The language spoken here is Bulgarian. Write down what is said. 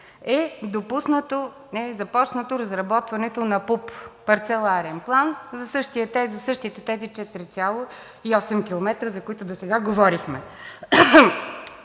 е започнато разработването на ПУП – парцеларен план за същите тези 4,8 км, за които досега говорихме.